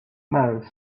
most